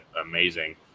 amazing